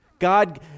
God